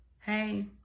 Hey